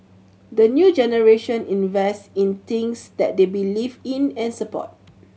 the new generation invest in things that they believe in and support